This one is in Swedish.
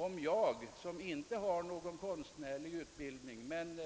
Om jag, som inte har någon konstnärlig utbildning men